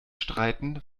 streiten